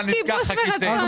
הסתייגות מספר 47. בסעיף 36(2),